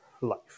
life